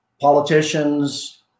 politicians